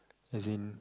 as in